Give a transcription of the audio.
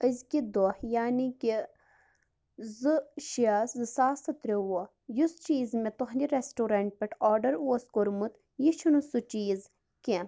أزکہِ دۄہ یعنی کہِ زٕ شیٚے زٕ ساس تہٕ ترٛیٛۄ وُہ یُس چیٖز مےٚ تُہنٛدِ ریٚسٹورنٹہٕ پٮ۪ٹھہٕ آرڈر اوس کوٚرمُت یہِ چھُنہٕ سُہ چیٖز کیٚنٛہہ